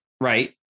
Right